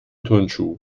turnschuh